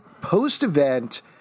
post-event